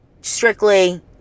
strictly